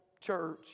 church